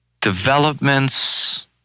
developments